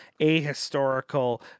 ahistorical